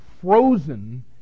frozen